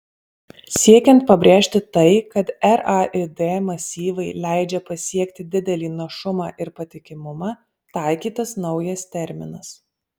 siekiant pabrėžti tai kad raid masyvai leidžia pasiekti didelį našumą ir patikimumą taikytas naujas terminas